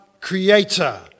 creator